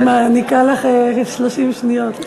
אני מעניקה לך 30 שניות,